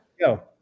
go